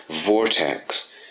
vortex